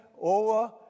over